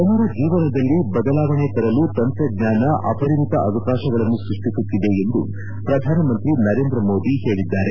ಜನರ ಜೀವನದಲ್ಲಿ ಬದಲಾವಣೆ ತರಲು ತಂತ್ರಜ್ಞಾನ ಅಪರಿಮಿತ ಅವಕಾಶಗಳನ್ನು ಸೃಷ್ಷಿಸುತ್ತಿದೆ ಎಂದು ಪ್ರಧಾನ ಮಂತ್ರಿ ನರೇಂದ್ರ ಮೋದಿ ಹೇಳಿದ್ದಾರೆ